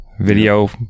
video